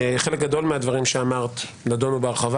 חלק גדול מהדברים שאמרת נידונו בהרחבה